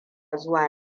zuwa